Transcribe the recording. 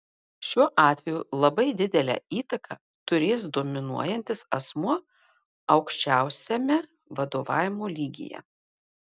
šiuo atveju labai didelę įtaką turės dominuojantis asmuo aukščiausiame vadovavimo lygyje